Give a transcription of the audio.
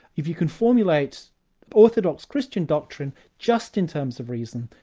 if you can formulate orthodox christian doctrine just in terms of reason,